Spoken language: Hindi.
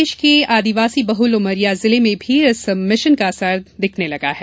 प्रदेश के आदिवासी बहल उमरिया जिले में भी इस मिशन का असर दिखने लगा है